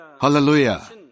Hallelujah